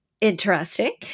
interesting